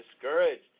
discouraged